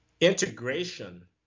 integration